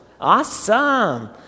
Awesome